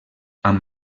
amb